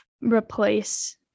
replace